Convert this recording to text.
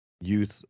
youth